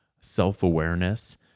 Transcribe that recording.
self-awareness